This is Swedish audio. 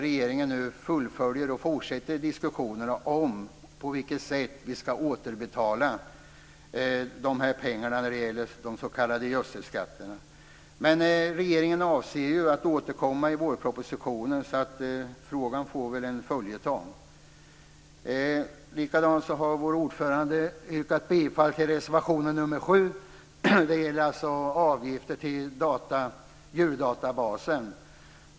Regeringen fullföljer och fortsätter nu diskussionen om på vilket sätt vi ska återbetala pengarna när det gäller s.k. gödselskatt. Regeringen avser att återkomma i vårpropositionen, så frågan blir väl en följetong. Likadant har vår ordförande yrkat bifall till reservation 7. Det gäller avgifter till djurdatabasen.